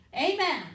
Amen